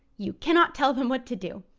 you cannot tell them what to do.